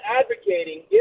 advocating